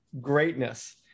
Greatness